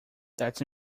that’s